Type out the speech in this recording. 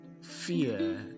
fear